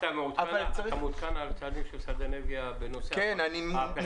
אתה מעודכן על הצעדים של משרד האנרגיה בנושא הפחם?